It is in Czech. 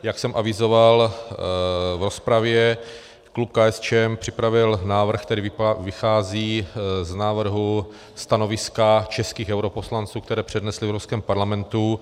Jak jsem avizoval v rozpravě, klub KSČM připravil návrh, který vychází z návrhu stanoviska českých europoslanců, které přednesli v Evropském parlamentu.